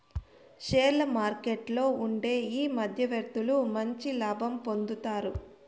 షేర్ల మార్కెట్లలో ఉండే ఈ మధ్యవర్తులు మంచి లాభం పొందుతారు